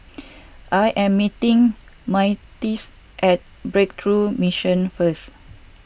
I am meeting Myrtice at Breakthrough Mission first